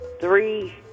three